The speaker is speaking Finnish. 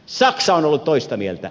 saksa on ollut toista mieltä